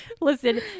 Listen